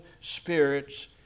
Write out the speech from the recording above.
spirits